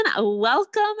welcome